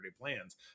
plans